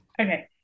okay